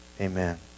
amen